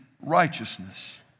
righteousness